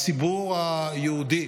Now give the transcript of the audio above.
הציבור היהודי